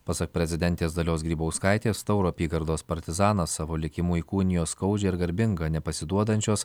pasak prezidentės dalios grybauskaitės tauro apygardos partizanas savo likimu įkūnijo skaudžią ir garbingą nepasiduodančios